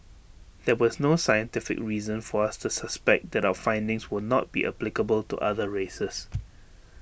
there was no scientific reason for us to suspect that our findings will not be applicable to other races